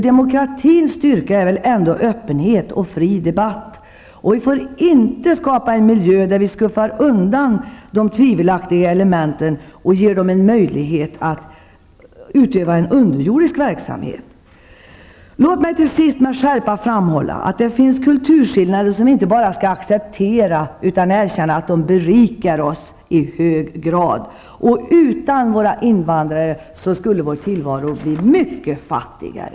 Demokratins styrka är väl ändå öppenhet och fri debatt. Vi får inte skapa en miljö där vi ''skuffar'' undan de tvivelaktiga elementen och ger dem en möjlighet att utöva en underjordisk verksamhet. Låt mig till sist med skärpa framhålla att det finns kulturskillnader som vi inte bara skall acceptera utan också erkänna att de berikar oss i hög grad. Utan våra invandrare skulle vår tillvaro bli mycket fattigare.